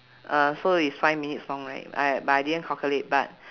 uh so it's five minutes long right I but I didn't calculate but